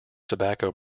tobacco